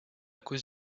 cause